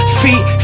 feet